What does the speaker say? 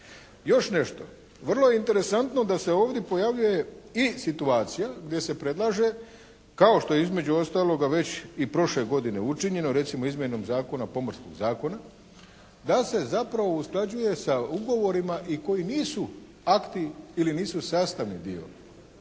Još nešto. Vrlo je interesantno da se ovdje pojavljuje i situacija gdje se predlaže kao što je između ostaloga već i prošle godine učinjeno, recimo izmjenom Pomorskog zakona, da se zapravo usklađuje sa ugovorima i koji nisu akti ili nisu sastavni dio